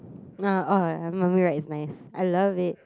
uh oh the mummy ride is nice I love it